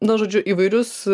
na žodžiu įvairius